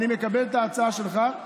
אני מקבל את ההצעה שלך מתוך כבוד.